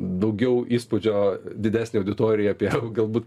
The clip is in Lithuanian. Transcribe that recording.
daugiau įspūdžio didesnei auditorijai apie galbūt